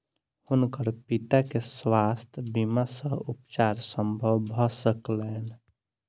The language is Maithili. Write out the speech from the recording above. हुनकर पिता के स्वास्थ्य बीमा सॅ उपचार संभव भ सकलैन